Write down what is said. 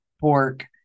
pork